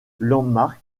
landmark